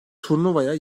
turnuvaya